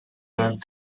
learned